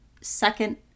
second